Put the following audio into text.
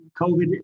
COVID